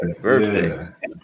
birthday